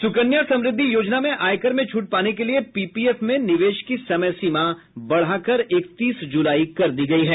सुकन्या समृद्धि योजना में आयकर में छूट पाने के लिए पीपीएफ में निवेश की समय सीमा बढ़ा कर इकतीस जुलाई कर दी गयी है